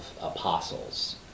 apostles